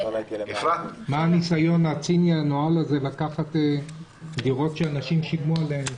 מה הניסיון הציני הנואל הזה לקחת דירות שאנשים שילמו עליהם?